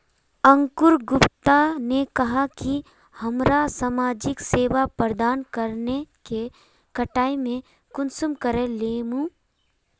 अंकूर गुप्ता ने कहाँ की हमरा समाजिक सेवा प्रदान करने के कटाई में कुंसम करे लेमु?